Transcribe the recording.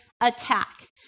attack